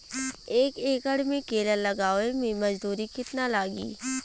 एक एकड़ में केला लगावे में मजदूरी कितना लागी?